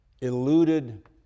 eluded